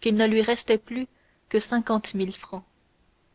qu'il ne lui restait plus que cinquante mille francs